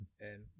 and-